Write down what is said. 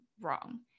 wrong